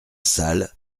salle